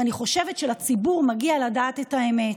ואני חושבת שלציבור מגיע לדעת את האמת: